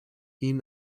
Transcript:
ihn